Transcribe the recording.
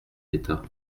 d’état